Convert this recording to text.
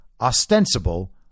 ostensible